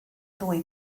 ddwy